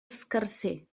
escarser